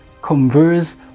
converse